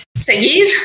seguir